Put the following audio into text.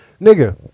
Nigga